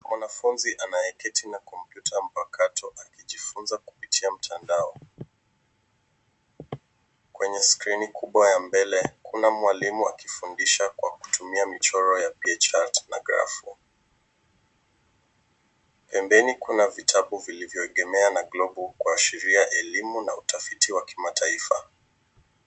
Mwanafunzi anayeketi na kompyuta mpakato akijifunza kupita mtandao. Kwenye skrini kubwa ya mbele kuna mwalimu akifundisha kwa kutumia michoro ya pie chart na grafu. Pembeni kuna vitabu vilivyoegemea na globe kuashiria elimu na utafiti wa kimataifa.